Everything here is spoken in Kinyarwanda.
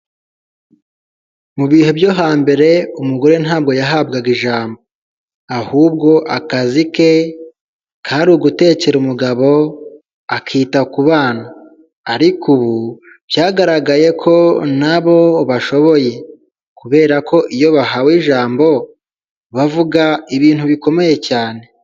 Mu bihe byo hambere umugore ntabwo yahabwaga ijambo ahubwo akazi ke kari gutekera umugabo, akita ku bana, ariko ubu byagaragaye ko nabo bashoboye kubera ko iyo bahawe ijambo bavuga ibintu bikomeye cyane.